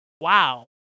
Wow